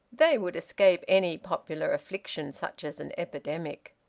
they would escape any popular affliction such as an epidemic.